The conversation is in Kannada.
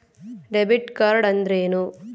ಡೆಬಿಟ್ ಕಾರ್ಡ್ ಅಂದ್ರೇನು?